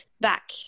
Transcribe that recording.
back